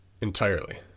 entirely